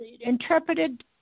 interpreted